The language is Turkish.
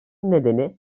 nedeni